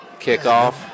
Kickoff